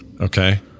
Okay